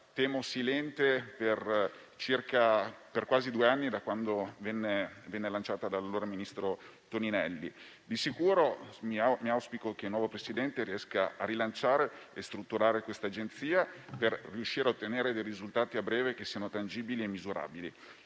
per circa per quasi due anni, da quando venne lanciata dall'allora ministro Toninelli. Di sicuro, auspico che il nuovo presidente riesca a rilanciare e strutturare quest'agenzia per riuscire a ottenere dei risultati a breve tangibili e misurabili.